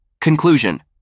Conclusion